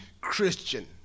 Christian